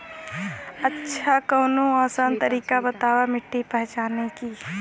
अच्छा कवनो आसान तरीका बतावा मिट्टी पहचाने की?